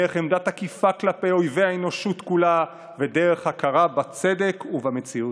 דרך עמדה תקיפה כלפי אויבי האנושות כולה ודרך הכרה בצדק ובמציאות.